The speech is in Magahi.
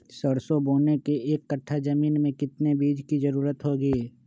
सरसो बोने के एक कट्ठा जमीन में कितने बीज की जरूरत होंगी?